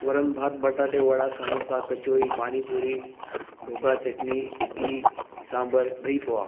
वरणभात बटाटेवडा समोसा कचोरी पाणीपुरी ढोकळा चटणी इडली सांबार दहीपोहे